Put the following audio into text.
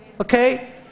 Okay